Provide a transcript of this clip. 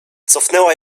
cofnęła